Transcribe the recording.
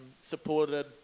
supported